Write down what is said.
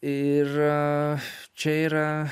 ir čia yra